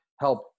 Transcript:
help